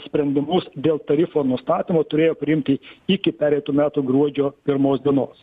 sprendimus dėl tarifo nustatymo turėjo priimti iki pereitų metų gruodžio pirmos dienos